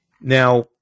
Now